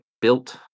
built